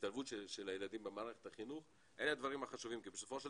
והשתלבות הילדים במערכת החינוך אלה הדברים החשובים כי בסופו של